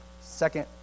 second